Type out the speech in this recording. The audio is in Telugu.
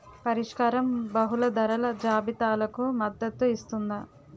పరిష్కారం బహుళ ధరల జాబితాలకు మద్దతు ఇస్తుందా?